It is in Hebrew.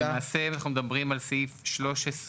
אנחנו מדברים על סעיף 13,